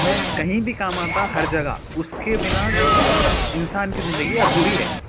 میں کہیں بھی کام آتا ہر جگہ اس کے بنا انسان کی زندگی ادھوری ہے